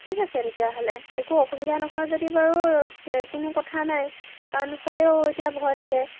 ঠিক আছে তেতিয়াহ'লে একো অসুবিধা নহয় যদি বাৰু কোনো কথা নাই কাৰণ হ'লেও এতিয়া ভয় লাগে